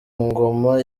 ngoma